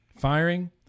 Firing